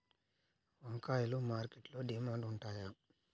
వంకాయలు మార్కెట్లో డిమాండ్ ఉంటాయా?